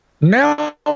Now